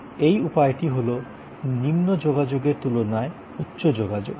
এই উপায়টি হল নিম্ন যোগাযোগের তুলনায় উচ্চ যোগাযোগ